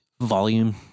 volume